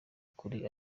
kuri